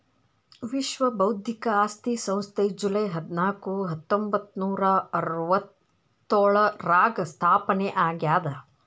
ವಿಶ್ವ ಬೌದ್ಧಿಕ ಆಸ್ತಿ ಸಂಸ್ಥೆ ಜೂಲೈ ಹದ್ನಾಕು ಹತ್ತೊಂಬತ್ತನೂರಾ ಅರವತ್ತ್ಯೋಳರಾಗ ಸ್ಥಾಪನೆ ಆಗ್ಯಾದ